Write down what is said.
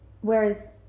Whereas